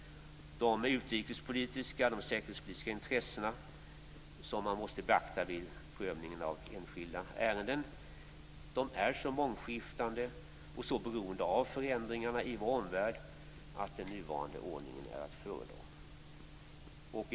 De utrikes och säkerhetspolitiska intressen som måste beaktas vid prövningen av enskilda ärenden är så mångskiftande och så beroende av förändringarna i vår omvärld att den nuvarande ordningen är att föredra.